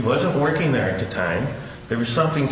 wasn't working there the time there was something